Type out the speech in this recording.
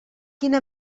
quina